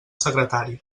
secretari